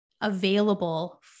available